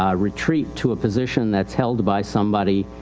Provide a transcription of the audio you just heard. um retreat to a position thatis held by somebody,